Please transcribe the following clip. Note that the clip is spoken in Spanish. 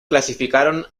clasificaron